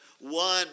one